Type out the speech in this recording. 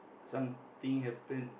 some thing happened